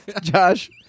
Josh